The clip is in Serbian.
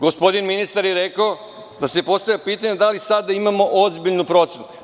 Gospodin ministar je rekao da se postavlja pitanje da li sada imamo ozbiljnu procenu?